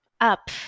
up